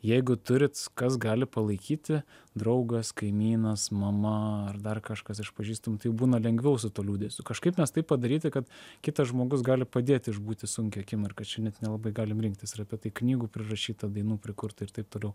jeigu turit kas gali palaikyti draugas kaimynas mama ar dar kažkas iš pažįstamų tai jau būna lengviau su tuo liūdesiu kažkaip mes taip padaryti kad kitas žmogus gali padėti išbūti sunkią akimirką čia net nelabai galim rinktis ir apie tai knygų prirašyta dainų prikurta ir taip toliau